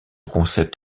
concept